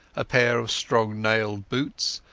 a pair of strong nailed boots,